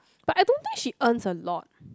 but I don't think she earns a lot